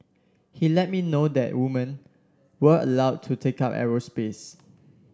he let me know that women were allowed to take up aerospace